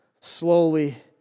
slowly